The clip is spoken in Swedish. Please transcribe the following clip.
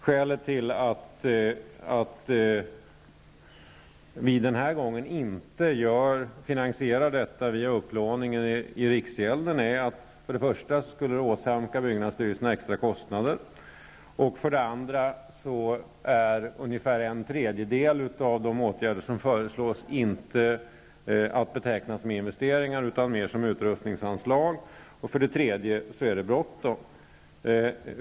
Skälet till att vi denna gång inte finansierar med hjälp av upplåning från riksgälden beror för det första på att det skulle åsamka byggnadsstyrelsen extra kostnader. För det andra är ungefär en tredjedel av de åtgärder som föreslås inte att beteckna som investeringar utan mer som utrutningsanslag, och för det tredje är det bråttom.